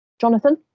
Jonathan